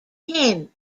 him